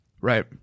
Right